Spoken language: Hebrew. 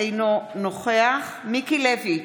אינו נוכח מיקי לוי,